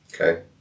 Okay